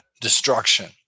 destruction